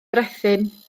brethyn